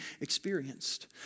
experienced